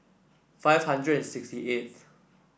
five hundred and sixty eightth